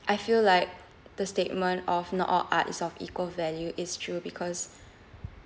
I feel like the statement of not all art is of equal value is true because